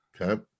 Okay